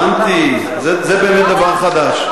הבנתי, זה באמת דבר חדש.